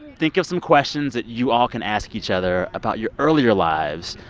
think of some questions that you all can ask each other about your earlier lives,